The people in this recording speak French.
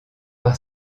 par